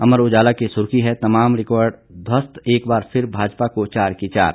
अमर उजाला की सुर्खी है तमाम रिकॉर्ड ध्वस्त एक बार फिर भाजपा को चार की चार